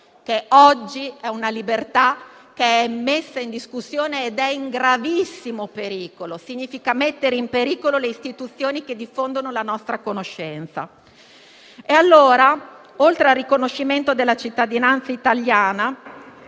che oggi sono messe in discussione e sono in gravissimo pericolo. Ciò significa mettere in pericolo le istituzioni che diffondono la nostra conoscenza. Oltre al riconoscimento della cittadinanza italiana,